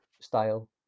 style